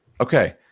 Okay